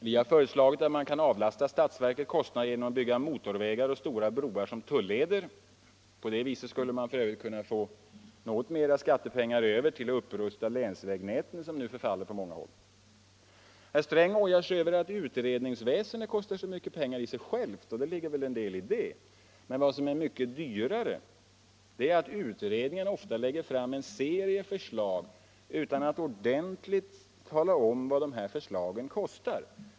Vi har föreslagit att man kan avlasta statsverket kostnader genom att bygga motorvägar och stora broar som tulleder. På det viset skulle man f. ö. kunna få något mera skattepengar över till att upprusta länsvägnätet som nu förfaller på många håll. Herr Sträng ojar sig över att utredningsväsendet kostar så mycket pengar i sig självt, och det ligger väl en del i det. Men vad som är mycket dyrare är att utredningarna ofta lägger fram en serie förslag utan att ordentligt tala om vad dessa förslag kostar.